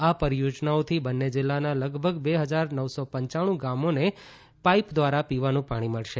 આ પરિયોજનાઓથી બંને જિલ્લાના લગભગ બે ફજાર નવસો પંચાણું ગામોને પાઇપ દ્વારા પીવાનું પાણી મળશે